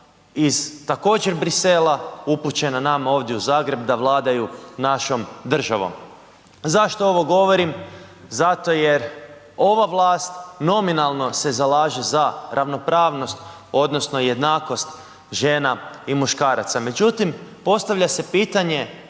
iz također Bruxellesa, upućena nama ovdje u Zagreb, da vladaju našom državom. Zašto ovo govorim? Zato jer ova vlast nominalno se zalaže za ravnopravnost, odnosno jednakost žena i muškaraca, međutim, postavlja se pitanje,